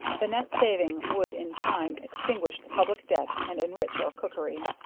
the net saving would in time extinguish the public debt, and enrich our cookery.